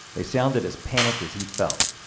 they sounded as panicked as he felt.